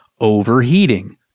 overheating